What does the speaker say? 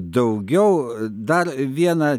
daugiau dar vieną